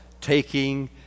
taking